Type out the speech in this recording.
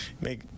Make